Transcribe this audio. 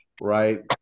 right